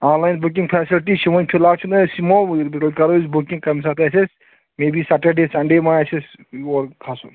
آن line booking facility چھِ وۄنۍ فِلحال چھُنہٕ أسۍ یِمو گۅڈٕ کَرو أسۍ بُکِنٛگ کمہِ ساتہٕ آسہِ اَسہِ مے بی سیٹَرڈَے سَنٛڈے ما آسہِ اَسہِ اور کھَسُن